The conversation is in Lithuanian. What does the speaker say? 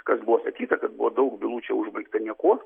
kas buvo sakyta kad buvo daug bylų čia užbaigta niekuo